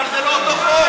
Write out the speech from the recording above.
אבל זה לא אותו חוק.